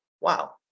wow